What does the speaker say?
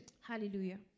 Hallelujah